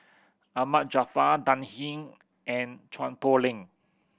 Ahmad Jaafar Dan Ying and Chua Poh Leng